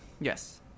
yes